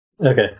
Okay